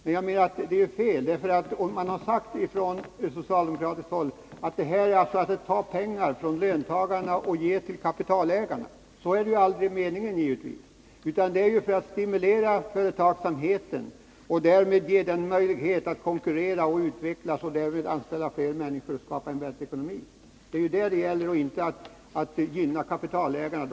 Man har från socialdemokratiskt håll sagt att detta är att ta pengar från löntagarna och ge till kapitalägarna. Det är givetvis inte meningen med åtgärderna. Meningen med dem är att stimulera företagsamheten, att ge den en bättre ekonomi så att den kan konkurrera och utvecklas och därmed kan anställa fler människor. Det är detta det gäller, inte att gynna kapitalägarna.